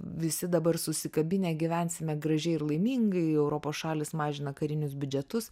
visi dabar susikabinę gyvensime gražiai ir laimingai europos šalys mažina karinius biudžetus